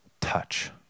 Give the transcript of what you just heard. touch